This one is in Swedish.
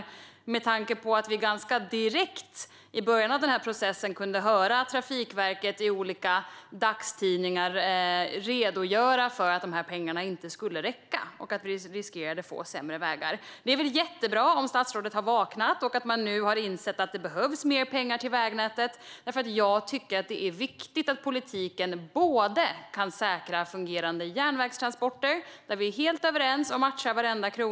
Jag säger detta med tanke på att vi ganska direkt i början av processen kunde se Trafikverket i olika dagstidningar redogöra för att pengarna inte skulle räcka och att vi riskerade att få sämre vägar. Det är väl jättebra om statsrådet har vaknat och att man nu har insett att det behövs mer pengar till vägnätet. Jag tycker att det är viktigt att politiken kan säkra fungerande järnvägstransporter - där är vi helt överens och matchar varenda krona.